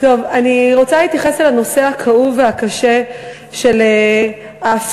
אני רוצה להתייחס אל הנושא הכאוב והקשה של ההפרדה